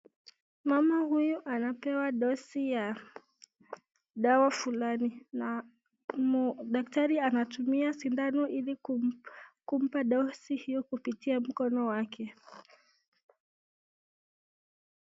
Mama huyu anapewa dosi ya dawa fulani na daktari anatumia sindano ili kumpa dosi hiyo kupitia mkono wake.